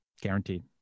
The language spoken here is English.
Guaranteed